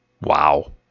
Wow